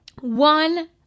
one